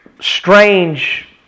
strange